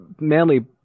manly